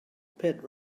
pit